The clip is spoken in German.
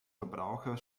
verbraucher